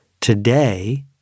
Today